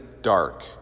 dark